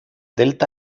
delta